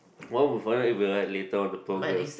well would find it it will later on the program